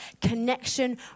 connection